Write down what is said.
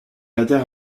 adhère